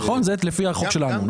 נכון, זה לפי החוק שלנו.